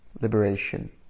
liberation